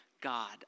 God